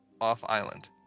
off-island